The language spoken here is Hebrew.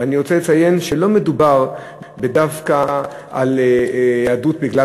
ואני רוצה לציין שלא מדובר דווקא על היעדרות בגלל